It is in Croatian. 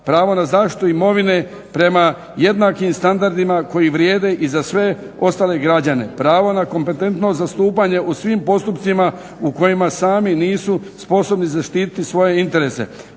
Pravo na zaštitu imovine prema jednakim standardima koji vrijede i za sve ostale građane. Pravo na kompetentno zastupanje u svim postupcima u kojima sam nisu sposobni zaštiti svoje interese.